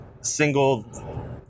single